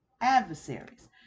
adversaries